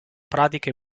pratiche